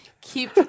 keep